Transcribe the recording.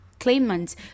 claimants